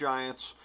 Giants